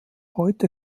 heute